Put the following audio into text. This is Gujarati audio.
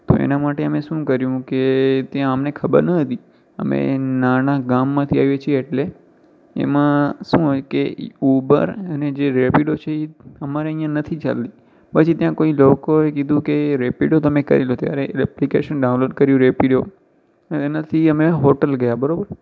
તો એના માટે અમે શું કર્યું કે ત્યાં અમને ખબર ન હતી અમે નાનાં ગામમાંથી આવીએ છીએ એટલે એમાં શું હોય કે એ ઉબર અને જે રેપીડો છે એ અમારા ત્યાં નથી ચાલતી પછી ત્યાં કોઈ લોકોએ કીધું કે રેપીડો તમે કરી દો ત્યારે એક ઍપ્લિકેશન ડાઉનલોડ કર્યું રેપીડો અને એનાથી અમે હોટૅલ ગયા બરાબર